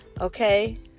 okay